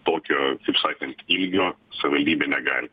tokio kaip sakant ilgio savivaldybė negali